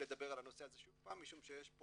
ולדבר על הנושא הזה שוב פעם משום שיש פה